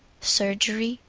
surgery.